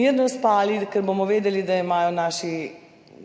mirno spali, ker bomo vedeli, da imajo naši